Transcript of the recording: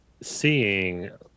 seeing